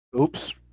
Oops